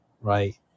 right